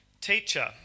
Teacher